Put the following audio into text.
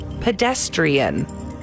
pedestrian